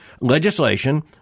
legislation